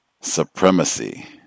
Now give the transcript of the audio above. Supremacy